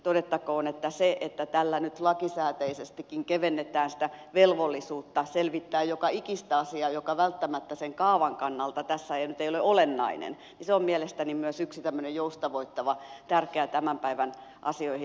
todettakoon että se että tällä nyt lakisääteisestikin kevennetään sitä velvollisuutta selvittää joka ikistä asiaa joka välttämättä sen kaavan kannalta tässä nyt ei ole olennainen on mielestäni myös yksi tämmöinen joustavoittava ja tärkeä tämän päivän asioihin liittyvä tekijä